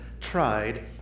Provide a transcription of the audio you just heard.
tried